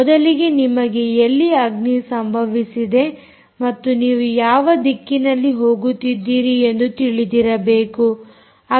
ಮೊದಲಿಗೆ ನಿಮಗೆ ಎಲ್ಲಿ ಅಗ್ನಿ ಸಂಭವಿಸಿದೆ ಮತ್ತು ನೀವು ಯಾವ ದಿಕ್ಕಿನಲ್ಲಿ ಹೋಗುತ್ತಿದ್ದೀರಿ ಎಂದು ತಿಳಿದಿರಬೇಕು